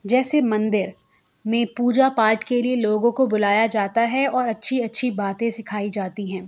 جیسے مندر میں پوجا پاٹھ کے لیے لوگوں کو بلایا جاتا ہے اوراچھی اچھی باتیں سکھائی جاتی ہیں